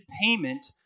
payment